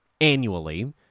annually